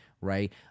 right